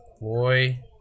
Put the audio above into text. boy